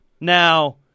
Now